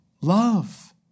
Love